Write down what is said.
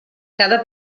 cada